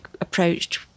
approached